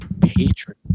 patron